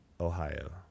Ohio